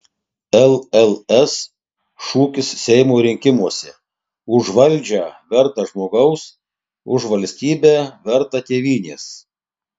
lls šūkis seimo rinkimuose už valdžią vertą žmogaus už valstybę vertą tėvynės